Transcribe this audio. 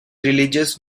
religious